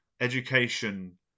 Education